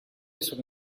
sono